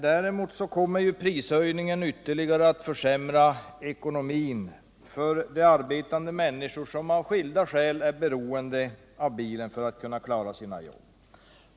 Däremot kommer prishöjningen att ytterligare försämra ekonomin för de arbetande människor som av skilda skäl är beroende av bilen för att kunna klara sina jobb.